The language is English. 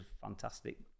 fantastic